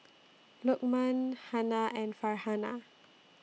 Lukman Hana and Farhanah